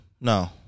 No